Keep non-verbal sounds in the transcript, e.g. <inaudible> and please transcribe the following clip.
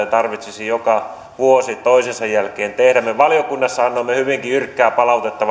ei tarvitsisi vuosi toisensa jälkeen tehdä me valiokunnassa annoimme hyvinkin jyrkkää palautetta <unintelligible>